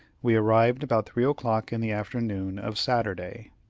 we arrived about three o'clock in the afternoon of saturday.